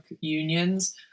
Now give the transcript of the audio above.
unions